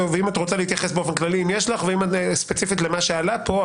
ותוכלי להתייחס באופן כללי, וספציפית למה שעלה פה.